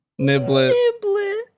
Niblet